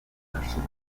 beherrschen